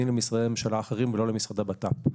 למשרדי הממשלה האחרים ולא למשרד לביטחון פנים.